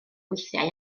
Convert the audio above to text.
weithiau